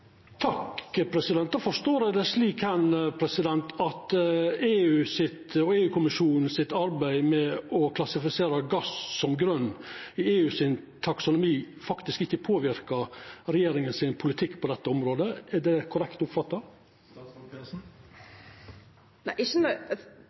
forstår eg det slik at EU og EU-kommisjonens arbeid med å klassifisera gass som grøn i EUs taksonomi ikkje påverkar politikken til regjeringa på dette området. Er det korrekt oppfatta?